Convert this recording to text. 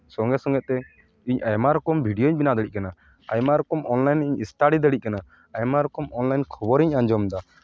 ᱥᱚᱸᱜᱮ ᱥᱚᱸᱜᱮ ᱛᱮ ᱤᱧ ᱟᱭᱢᱟ ᱨᱚᱠᱚᱢ ᱵᱷᱤᱰᱭᱳᱧ ᱵᱮᱱᱟᱣ ᱫᱟᱲᱮᱜ ᱠᱟᱱᱟ ᱟᱭᱢᱟ ᱨᱚᱠᱚᱢ ᱚᱱᱞᱟᱭᱤᱱ ᱤᱧ ᱥᱴᱟᱰᱤ ᱫᱟᱲᱮᱜ ᱠᱟᱱᱟ ᱟᱭᱢᱟ ᱨᱚᱠᱚᱢ ᱚᱱᱞᱟᱭᱤᱱ ᱠᱷᱚᱵᱚᱨᱤᱧ ᱟᱸᱡᱚᱢᱮᱫᱟ